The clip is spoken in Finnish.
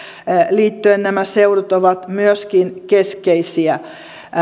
liittyen nämä seudut ovat myöskin keskeisiä